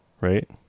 Right